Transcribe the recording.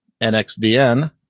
NXDN